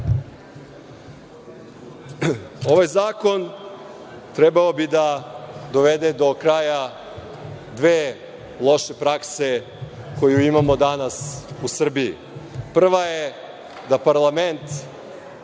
Ovaj zakon trebalo bi da dovede do kraja dve loše prakse koje imamo danas u Srbiji. Prva je da parlament